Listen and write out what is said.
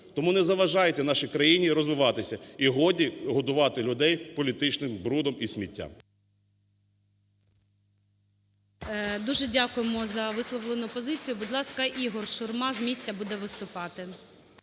Тому не заважайте нашій країні розвиватися. І годі годувати людей політичним брудом і сміттям. ГОЛОВУЮЧИЙ. Дуже дякуємо за висловлену позицію. Будь ласка, Ігор Шурма з місця буде виступати.